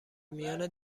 میان